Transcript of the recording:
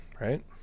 Right